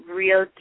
real